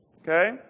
Okay